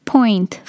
Point